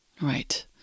Right